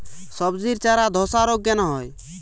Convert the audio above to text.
সবজির চারা ধ্বসা রোগ কেন হয়?